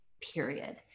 period